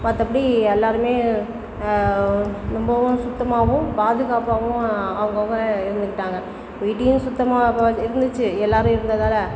மற்றபடி எல்லாருமே ரொம்பவும் சுத்தமாகவும் பாதுகாப்பாகவும் அவங்கவுங்க இருந்துகிட்டாங்க வீட்டியும் சுத்தமாக இருந்துச்சு எல்லாரும் இருந்ததால்